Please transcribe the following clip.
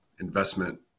investment